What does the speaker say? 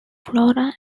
flora